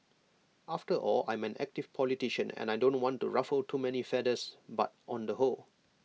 after all I'm an active politician and I don't want to ruffle too many feathers but on the whole